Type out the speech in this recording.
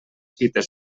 fites